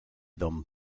don